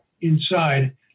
Inside